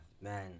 Man